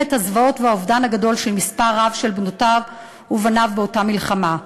את הזוועות והאובדן הגדול של מספר רב של בנותיו ובניו באותה מלחמה.